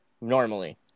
normally